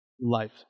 life